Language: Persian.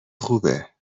خوبه